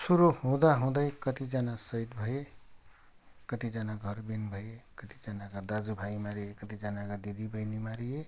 सुरु हुँदा हुँदै कतिजना सहिद भए कतिजना घरविहिन भए कतिजनाका दाजु भाइ मारिए कतिजनाका दिदी बहिनी मारिए